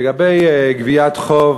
לגבי גביית חוב,